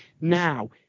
Now